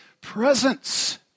presence